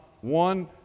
one